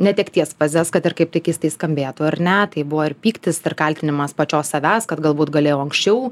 netekties fazes kad ir kaip keistai skambėtų ar ne taip buvo ir pyktis ir kaltinimas pačios savęs kad galbūt galėjau anksčiau